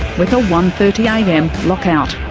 with a one. thirty am lockout.